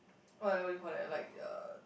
uh what do you call that like uh